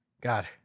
God